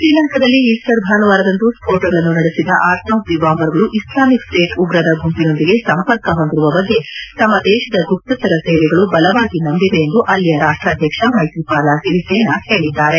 ಶ್ರೀಲಂಕಾದಲ್ಲಿ ಈಸ್ಸರ್ ಭಾನುವಾರದಂದು ಸ್ಪೋಣಗಳನ್ನು ನಡೆಸಿದ ಆತ್ಮಾಹುತಿ ಬಾಂಬರ್ಗಳು ಇಸ್ಲಾಮಿಕ್ ಸ್ಸೇಟ್ ಉಗ್ರರ ಗುಂಪಿನೊಂದಿಗೆ ಸಂಪರ್ಕ ಹೊಂದಿರುವ ಬಗ್ಗೆ ತಮ್ಮ ದೇಶದ ಗುಪ್ತಚರ ಸೇವೆಗಳು ಬಲವಾಗಿ ನಂಬಿವೆ ಎಂದು ಅಲ್ಲಿಯ ರಾಷ್ಟ್ರಾಧ್ಯಕ್ಷ ಮೈತ್ರಿಪಾಲ ಸಿರಿಸೇನಾ ಹೇಳಿದ್ದಾರೆ